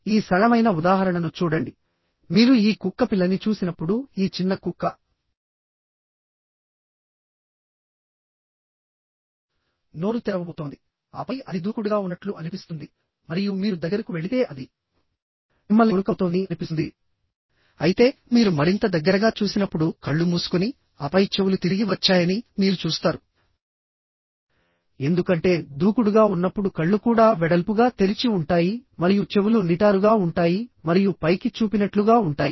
ఈ సరళమైన ఉదాహరణను చూడండి మీరు ఈ కుక్కపిల్లని చూసినప్పుడు ఈ చిన్న కుక్క నోరు తెరవబోతోంది ఆపై అది దూకుడుగా ఉన్నట్లు అనిపిస్తుంది మరియు మీరు దగ్గరకు వెళితే అది మిమ్మల్ని కొరుకబోతోందని అనిపిస్తుంది అయితే మీరు మరింత దగ్గరగా చూసినప్పుడు కళ్ళు మూసుకుని ఆపై చెవులు తిరిగి వచ్చాయని మీరు చూస్తారుఎందుకంటే దూకుడుగా ఉన్నప్పుడు కళ్ళు కూడా వెడల్పుగా తెరిచి ఉంటాయి మరియు చెవులు నిటారుగా ఉంటాయి మరియు పైకి చూపినట్లుగా ఉంటాయి